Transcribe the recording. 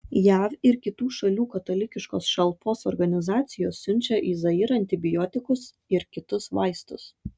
jav ir kitų šalių katalikiškos šalpos organizacijos siunčia į zairą antibiotikus ir kitus vaistus